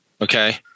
Okay